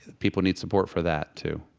people need support for that too.